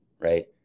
right